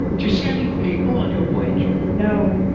you see any people on your voyage? no,